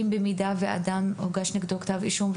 אם הוגש כנגד אדם כתב אישום,